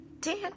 Ten